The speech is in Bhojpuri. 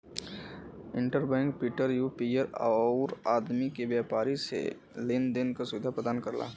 inter bank peer to peer आउर आदमी से व्यापारी लेन देन क सुविधा प्रदान करला